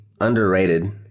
underrated